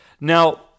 Now